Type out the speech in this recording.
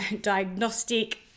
diagnostic